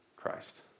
Christ